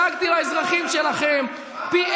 דאגתי לאזרחים שלכם ----- פלסטינים ----- פי